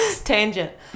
Tangent